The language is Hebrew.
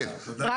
אז רק